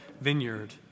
vineyard